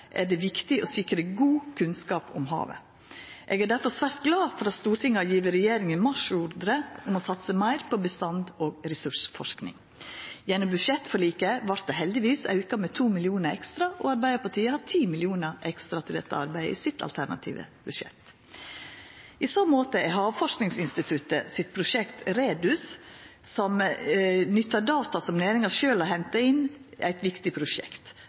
er det viktig å sikra god kunnskap om havet. Eg er difor svært glad for at Stortinget har gjeve regjeringa marsjordre om å satsa meir på bestands- og ressursforsking. Gjennom budsjettforliket vart dette heldigvis auka med 2 mill. kr ekstra, medan Arbeidarpartiet har 10 mill. kr ekstra til dette arbeidet i sitt alternative budsjett. I så måte er Havforskingsinstituttets prosjekt REDUS, som nyttar data som næringa sjølv har henta inn, eit viktig prosjekt.